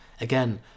again